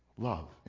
Love